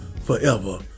forever